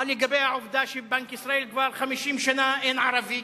מה לגבי העובדה שבבנק ישראל כבר 50 שנה אין ערבי,